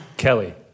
Kelly